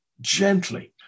gently